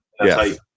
Yes